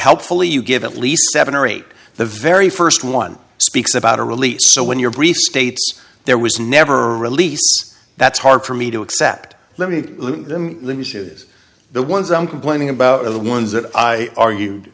helpfully you give at least seven or eight the very first one speaks about a release so when your brief states there was never released that's hard for me to accept let me see is the ones i'm complaining about are the ones that i argued